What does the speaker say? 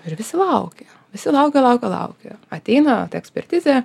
ir visi laukia visi laukia laukia laukia ateina ekspertizė